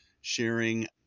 sharing